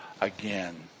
again